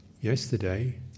yesterday